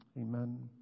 Amen